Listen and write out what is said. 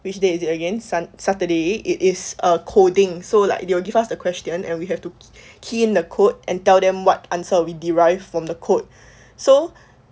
which day is it again sun~ saturday it is uh coding so like they will give us the question and we have to key in the code and tell them what answer we derived from the code so